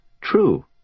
True